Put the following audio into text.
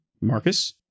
Marcus